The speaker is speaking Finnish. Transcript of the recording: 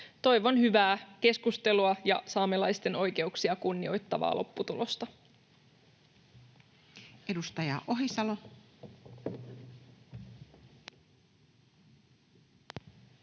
Toivon hyvää keskustelua ja saamelaisten oikeuksia kunnioittavaa lopputulosta. [Speech